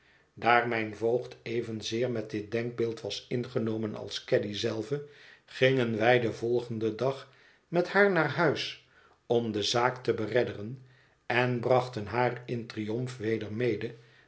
mijn voogd evenzeer met dit denkbeeld was ingenomen als caddy zelve gingen wij den volgenden dag met haar naar huis om de zaak te beredderen en brachten haar in triomf weder mede